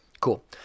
cool